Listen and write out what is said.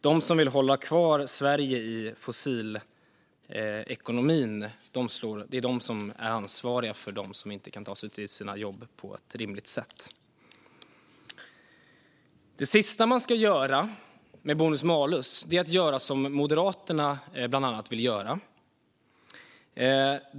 Det är de som vill hålla kvar Sverige i fossilekonomin som är ansvariga för dem som inte kan ta sig till sina jobb på ett rimligt sätt. Det sista man ska göra med bonus malus är att göra som Moderaterna bland annat vill göra.